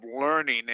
learning